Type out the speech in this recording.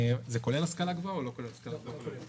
זה כולל השכלה גבוהה או לא כולל השכלה גבוהה?